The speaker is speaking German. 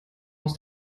aus